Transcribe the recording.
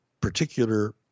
particular